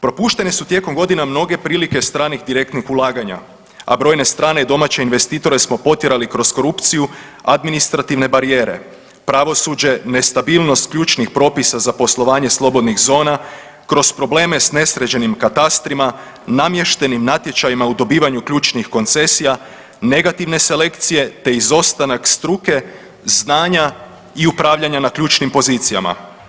Propuštene su tijekom godina mnoge prilike stranih direktnih ulaganja, a brojne strane i domaće investitore smo potjerali kroz korupciju administrativne barijere, pravosuđe, nestabilnost ključnih propisa za poslovanje slobodnih zona kroz probleme s nesređenim katastrima, namještenim natječajima u dobivanju ključnih koncesija, negativne selekcije te izostanak struke, znanja i upravljanja na ključnim pozicijama.